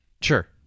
Sure